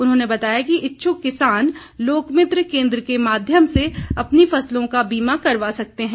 उन्होंने बताया कि इच्छूक किसान लोकमिंत्र केंद्र के माध्यम से अपनी फसलों का बीमा करवा सकते है